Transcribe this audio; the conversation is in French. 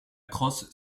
crosse